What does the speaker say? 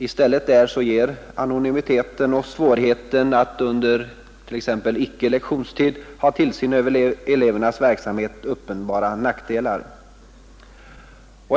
I stället ger där anonymiteten och svårigheten att under icke lektionstid ha tillsyn över elevernas verksamhet uppenbara nackdelar.